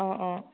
অঁ অঁ